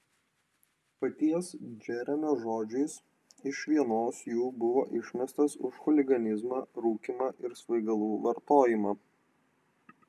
paties džeremio žodžiais iš vienos jų buvo išmestas už chuliganizmą rūkymą ir svaigalų vartojimą